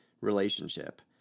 relationship